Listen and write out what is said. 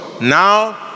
now